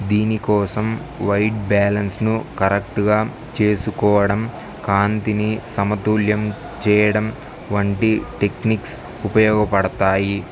దీనికోసం వైట్ బ్యాలన్స్ను కరెక్ట్గా చేసుకోవడం కాంతిని సమతుల్యం చేయడం వంటి టెక్నిక్స్ ఉపయోగపడతాయి